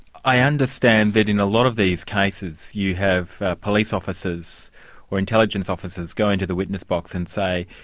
i understand that in a lot of these cases you have police officers or intelligence officers go into the witness box and say,